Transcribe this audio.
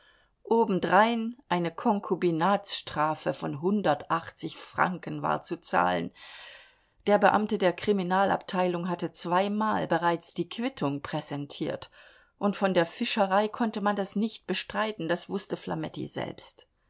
obendrein eine konkubinatsstrafe von hundertachtzig franken war zu zahlen der beamte der kriminalabteilung hatte zweimal bereits die quittung präsentiert und von der fischerei konnte man das nicht bestreiten das wußte flametti selbst